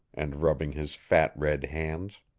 and rubbing his fat red hands.